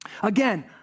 Again